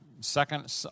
second